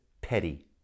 petty